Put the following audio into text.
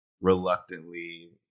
reluctantly